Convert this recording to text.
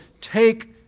take